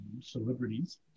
celebrities